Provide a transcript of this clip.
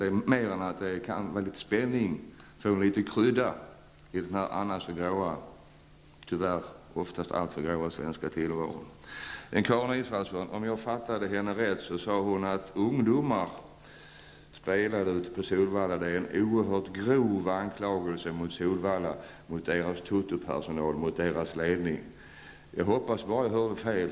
Dessa människor tycker att det för dem är en spänning, att det ger litet krydda åt den annars tyvärr oftast alltför grå tillvaron i Karin Israelsson sade, om jag uppfattade henne rätt, att ungdomar spelar ute på Solvalla. Det tycker jag är en oerhört grov anklagelse mot totopersonalen och ledningen på Solvalla. Jag hoppas att jag hörde fel.